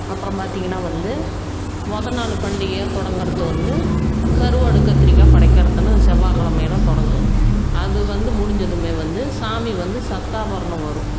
அப்புறம் பார்த்திங்கனா வந்து முத நாள் பண்டிகை தொடங்குறது வந்து கருவாடு கத்திரிக்காய் படைக்கிறதுன்னு செவ்வாக்கிலமையில தொடங்கும் அது வந்து முடிஞ்சதுமே வந்து சாமி வந்து சப்தாபரணம் வரும்